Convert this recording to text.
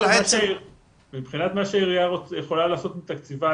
מבחינת מה שהעירייה יכולה לעשות מתקציבה,